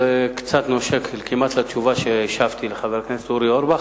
זה כמעט נושק לתשובה שהשבתי לחבר הכנסת אורי אורבך,